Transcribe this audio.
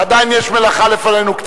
עדיין יש מלאכה לפנינו,